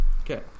Okay